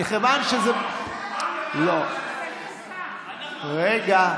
לא, רגע.